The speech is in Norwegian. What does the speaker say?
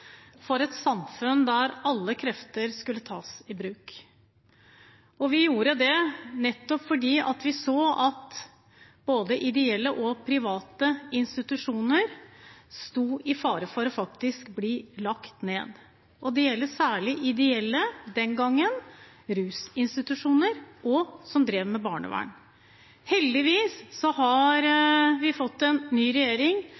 for et samfunn der alle krefter skulle tas i bruk. Vi gjorde det nettopp fordi vi så at både ideelle og private institusjoner sto i fare for faktisk å bli lagt ned. Det gjelder særlig ideelle, den gangen rusinstitusjoner og de som drev med barnevern. Heldigvis har vi fått en ny regjering,